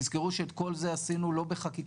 תזכרו שאת כל זה עשינו לא בחקיקה.